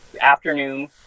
afternoon